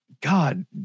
god